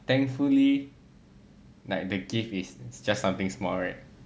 but thankfully like the gift is just something small right